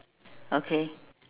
okay